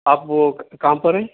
آپ وہ کہاں پر ہیں